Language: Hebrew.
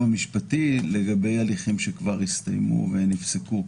המשפטי לגבי הליכים שכבר הסתיימו ונפסקו.